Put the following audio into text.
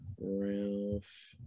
ralph